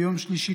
ביום שלישי,